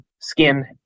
skin